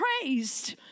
praised